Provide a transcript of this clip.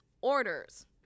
orders